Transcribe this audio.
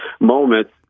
moments